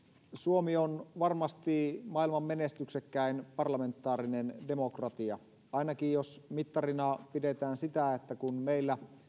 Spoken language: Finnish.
suomi on varmasti maailman menestyksekkäin parlamentaarinen demokratia ainakin jos mittarina pidetään sitä että kun meillä